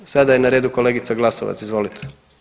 Sada je na redu kolegica Glasovac, izvoltie.